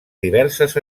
diverses